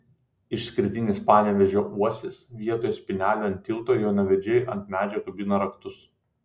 išskirtinis panevėžio uosis vietoje spynelių ant tilto jaunavedžiai ant medžio kabina raktus